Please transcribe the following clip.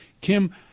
Kim